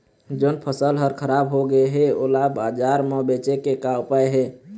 जोन फसल हर खराब हो गे हे, ओला बाजार म बेचे के का ऊपाय हे?